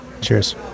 cheers